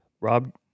Rob